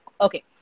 Okay